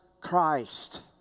Christ